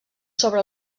sobre